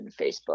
Facebook